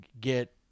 get